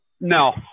no